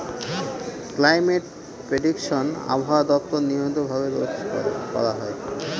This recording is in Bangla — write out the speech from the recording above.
ক্লাইমেট প্রেডিকশন আবহাওয়া দপ্তর নিয়মিত ভাবে রোজ করা হয়